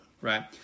right